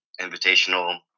invitational